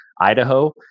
Idaho